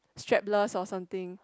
strapless or something